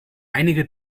einige